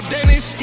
Dennis